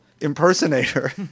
impersonator